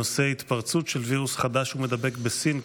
התפרצות של וירוס חדש ומידבק בסין,